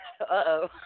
Uh-oh